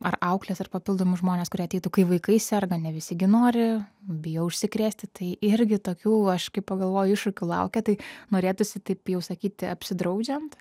ar aukles ar papildomus žmones kurie ateitų kai vaikai serga ne visi gi nori bijo užsikrėsti tai irgi tokių aš kai pagalvoju iššūkių laukia tai norėtųsi taip jau sakyti apsidraudžiant